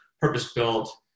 purpose-built